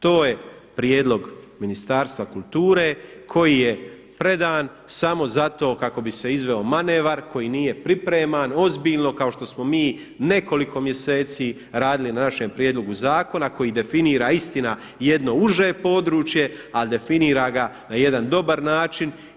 To je prijedlog Ministarstva kulture koji je predan samo zato kako bi se izveo manevar koji nije pripreman ozbiljno kao što smo mi nekoliko mjeseci radili na našem prijedlogu zakona koji definira istina jedno uže područje, a definira ga na jedan dobar način.